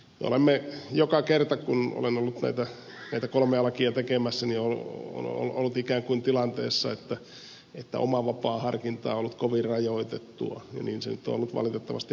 olemme joka kerta kun olen ollut näitä kolmea lakia tekemässä olleet ikään kuin tilanteessa että oma vapaa harkinta on ollut kovin rajoitettua ja niin se on ollut valitettavasti nytkin